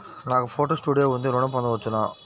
నాకు photo studio ఉంది ఋణం పొంద వచ్చునా?